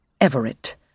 Everett